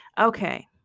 Okay